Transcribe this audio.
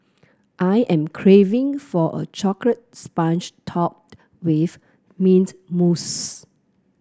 I am craving for a chocolate sponge topped with mint mousse